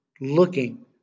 looking